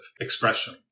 expression